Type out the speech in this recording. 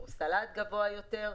סל"ד גבוה יותר,